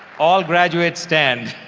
all graduates stand.